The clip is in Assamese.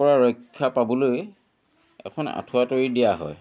পৰা ৰক্ষা পাবলৈ এখন আঁঠুৱা তৰি দিয়া হয়